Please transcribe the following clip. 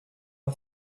are